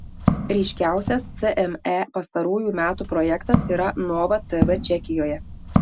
ryškiausias cme pastarųjų metų projektas yra nova tv čekijoje